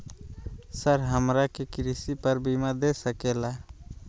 Sir हमरा के कृषि पर बीमा दे सके ला?